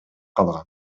калгам